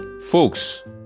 Folks